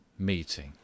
Meeting